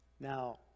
now